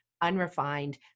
unrefined